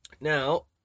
Now